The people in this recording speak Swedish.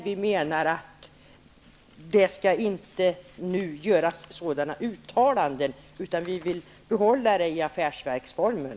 Vi menar att det nu inte skall göras några uttalanden, utan vi vill behålla affärsverksformen.